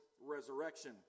resurrection